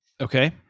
Okay